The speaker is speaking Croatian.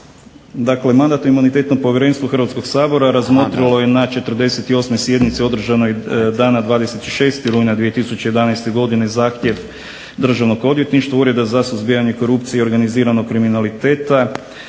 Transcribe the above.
Dakle, Mandatno-imunitetno povjerenstvo Hrvatskog sabora razmotrilo je na 48. sjednici održanoj dana 26. rujna 2011. godine zahtjev Državnog odvjetništva, Ureda za suzbijanje korupcije i organiziranog kriminaliteta